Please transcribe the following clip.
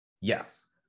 yes